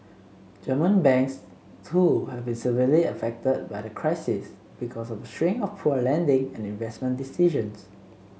German banks too have been severely affected by the crisis because of a string of poor lending and investment decisions